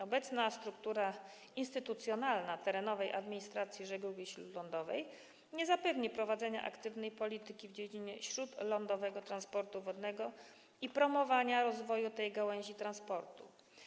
Obecna struktura instytucjonalna terenowej administracji żeglugi śródlądowej nie zapewni prowadzenia aktywnej polityki w dziedzinie śródlądowego transportu wodnego i promowania rozwoju tej gałęzi transportu.